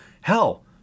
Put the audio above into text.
hell